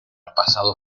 pasado